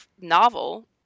novel